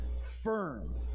firm